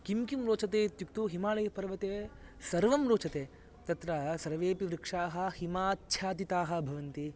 किं किं रोचते इत्युक्तौ हिमालयपर्वते सर्वं रोचते तत्र सर्वेऽपि वृक्षाः हिमाच्छादिताः भवन्ति